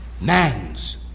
Man's